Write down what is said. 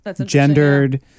gendered